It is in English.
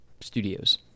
Studios